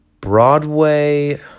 Broadway